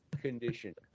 condition